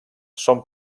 són